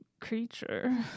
creature